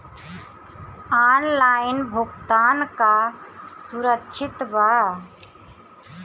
Online भुगतान का सुरक्षित बा?